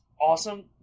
awesome